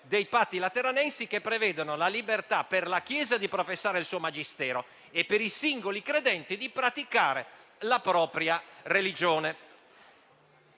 dei Patti lateranensi, che prevede la libertà per la Chiesa di professare il suo magistero e per i singoli credenti di praticare la propria religione.